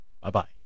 Bye-bye